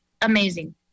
amazing